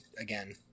again